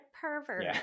pervert